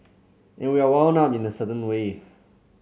and we are wound up in a certain way